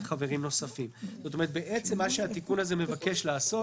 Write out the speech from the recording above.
חברים נוספים." מה שהתיקון הזה מבקש לעשות